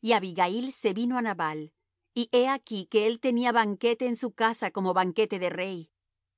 y abigail se vino á nabal y he aquí que él tenía banquete en su casa como banquete de rey